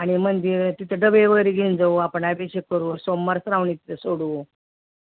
आणि मंदिर तिथं डबे वगैरे घेऊन जाऊ आपण अभिषेक करू सोमवारच श्रावणी तिथं सोडू